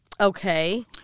Okay